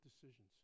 decisions